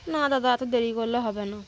না দাদা এতো দেরি করলে হবে না